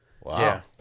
Wow